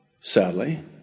sadly